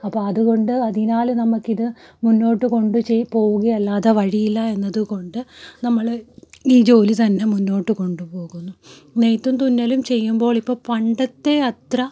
അപ്പോൾ അതുകൊണ്ട് അതിനാൽ നമുക്കിത് മുന്നോട്ട് കൊണ്ടുപോവുകയല്ലാതെ വഴിയില്ല എന്നതുകൊണ്ട് നമ്മൾ ഈ ജോലി തന്നെ മുന്നോട്ട് കൊണ്ടുപോകുന്നു നെയ്ത്തും തുന്നലും ചെയ്യുമ്പോൾ ഇപ്പോൾ പണ്ടത്തെ അത്ര